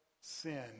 sin